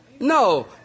No